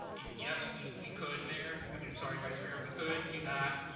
yes, we we could, mayor i mean sorry, vice mayor, we could do that.